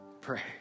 Pray